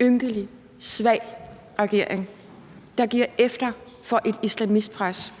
ynkelig, svag regering, der giver efter for et islamistpres,